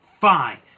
Fine